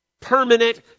permanent